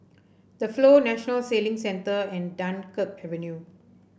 The Flow National Sailing Centre and Dunkirk Avenue